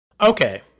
Okay